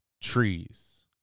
trees